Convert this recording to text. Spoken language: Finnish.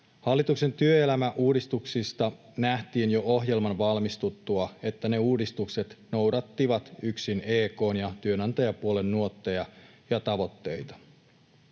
Hallituksen työelämäuudistuksista nähtiin jo ohjelman valmistuttua, että ne uudistukset noudattivat yksin EK:n ja työnantajapuolen nuotteja ja tavoitteita.